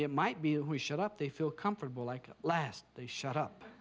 it might be we shut up they feel comfortable like last they shut up